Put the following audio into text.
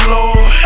Lord